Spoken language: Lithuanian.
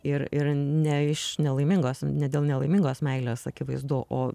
ir ir ne iš nelaimingos ne dėl nelaimingos meilės akivaizdu o